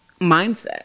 mindset